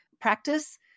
practice